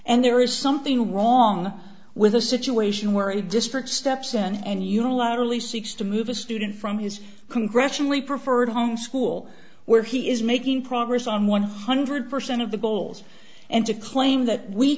and there is something wrong with a situation where a district steps in and unilaterally seeks to move a student from his congressionally preferred home school where he is making progress on one hundred percent of the goals and to claim that we